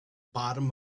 body